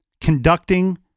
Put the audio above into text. conducting